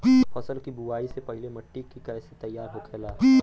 फसल की बुवाई से पहले मिट्टी की कैसे तैयार होखेला?